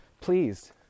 please